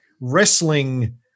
wrestling